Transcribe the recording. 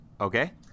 Okay